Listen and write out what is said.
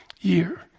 year